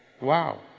Wow